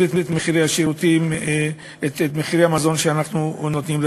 את מחירי השירותים ואת מחירי המזון לאזרחים.